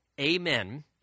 amen